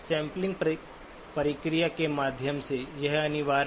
sampling प्रक्रिया के माध्यम से यह अनिवार्य है